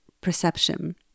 perception